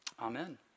Amen